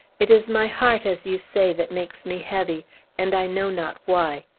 it is my heart, as you say, that makes me heavy and i know not why.